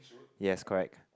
yes correct